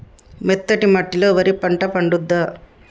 మెత్తటి మట్టిలో వరి పంట పండుద్దా?